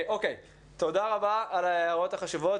תודה רבה על ההערות החשובות,